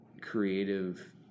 creative